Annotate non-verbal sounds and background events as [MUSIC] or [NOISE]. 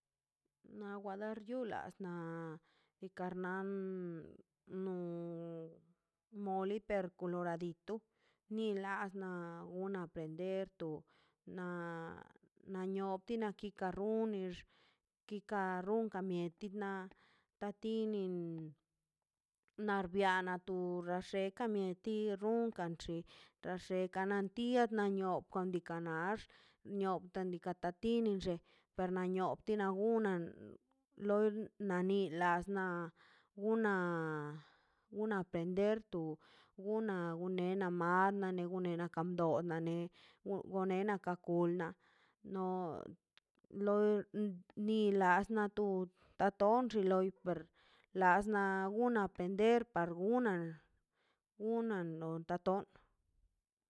Na lo wardio la na ikarnan noi moliiper koloradito ni las na una aprender to na nioti retinix kikar runkan mieti na ta tinin narbiana tu mieti runkan xin daxe natie nanio kon dikana ax kon datigakax tini xe per na niotina unan loi la ni nas ne una pender to una unena mand nina gone lakando la ne gone kan akul na no loi ni las nato da ton xin loi per [NOISE] las na una pender par unan unan notaton